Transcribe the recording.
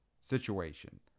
situation